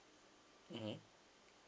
mmhmm